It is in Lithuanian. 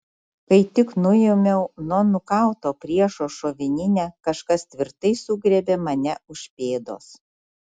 kai tik nuėmiau nuo nukauto priešo šovininę kažkas tvirtai sugriebė mane už pėdos